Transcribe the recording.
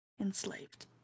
enslaved